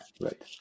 Right